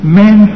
men